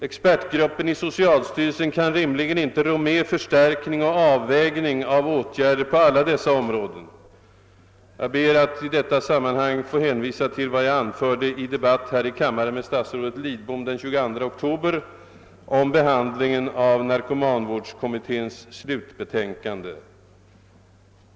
Expertgruppen i socialstyrelsen kan rimligen inte rå med att klara behovet av förstärkning och avvägning av åtgärder på alla dessa områden. Jag ber att i detta sammanhang få hänvisa till vad jag anförde i en debatt här i kammaren den 22 oktober med statsrådet Lidbom om behandlingen av narkomanvårdskommitténs slutbetänkande.